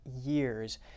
years